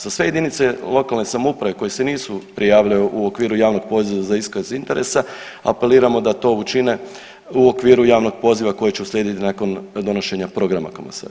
Za sve jedinice lokalne samouprave koje se nisu prijavile u okviru javnog poziva za iskaz interesa apeliramo da to učine u okviru javnog poziva koji će uslijediti nakon donošenja programa komasacije.